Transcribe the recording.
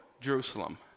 Jerusalem